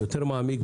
מעמיק יותר,